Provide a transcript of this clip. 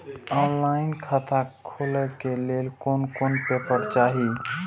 Online खाता खोले के लेल कोन कोन पेपर चाही?